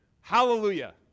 Hallelujah